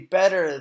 better